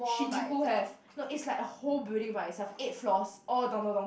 Shinjuku have no it's like a whole building by itself eight floors all Don-Don-Donki